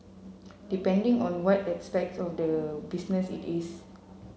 depending on what aspect of the business it is